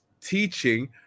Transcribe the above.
teaching